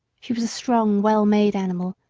she was a strong, well-made animal,